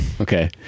Okay